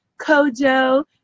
Kojo